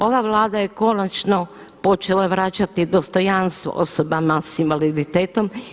Ova Vlada je konačno počela vraćati dostojanstvo osobama s invaliditetom.